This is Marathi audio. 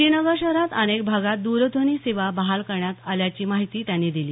श्रीनगर शहरात अनेक भागात द्रध्वनी सेवा बहाल करण्यात आल्याची माहिती त्यांनी दिली